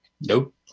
Nope